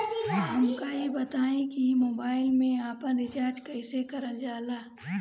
हमका ई बताई कि मोबाईल में आपन रिचार्ज कईसे करल जाला?